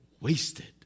wasted